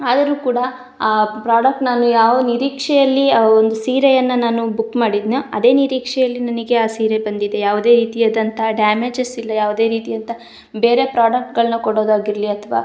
ಆದರು ಕೂಡ ಆ ಪ್ರಾಡಕ್ಟ್ ನಾನು ಯಾವ ನಿರೀಕ್ಷೆಯಲ್ಲಿ ಆ ಒಂದು ಸೀರೆಯನ್ನು ನಾನು ಬುಕ್ ಮಾಡಿದ್ನೋ ಅದೇ ನಿರೀಕ್ಷೆಯಲ್ಲಿ ನನಗೆ ಆ ಸೀರೆ ಬಂದಿದೆ ಯಾವುದೇ ರೀತಿಯಾದಂತಹ ಡ್ಯಾಮೇಜಸ್ ಇಲ್ಲ ಯಾವುದೇ ರೀತಿಯಂತಹ ಬೇರೆ ಪ್ರೊಡಕ್ಟ್ಗಳನ್ನ ಕೊಡೋದಾಗಿರಲಿ ಅಥ್ವ